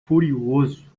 furioso